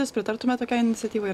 jūs pritartumėt tokiai iniciatyvai